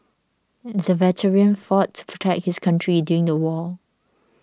the veteran fought to protect his country during the war